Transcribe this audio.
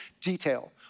detail